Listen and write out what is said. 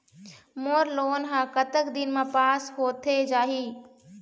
मोर loan हा कतक दिन मा पास होथे जाही?